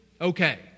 okay